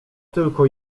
tylko